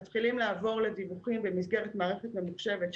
מתחילים לעבור לדיווחים במסגרת מערכת ממוחשבת,